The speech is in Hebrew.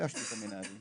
פגשתי את המנהלים,